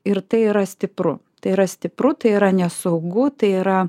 ir tai yra stipru tai yra stipru tai yra nesaugu tai yra